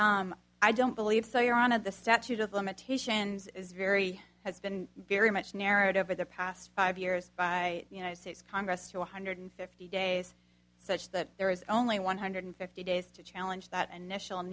would i don't believe so you're on of the statute of limitations is very has been very much narrative for the past five years by the united states congress to one hundred fifty days such that there is only one hundred fifty days to challenge that initial